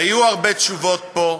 היו הרבה תשובות פה,